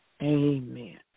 Amen